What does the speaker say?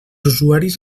usuaris